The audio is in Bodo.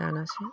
दानासो